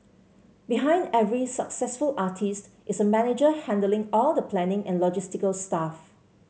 behind every successful artist is a manager handling all the planning and logistical stuff